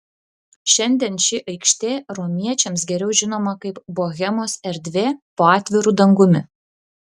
šiandien ši aikštė romiečiams geriau žinoma kaip bohemos erdvė po atviru dangumi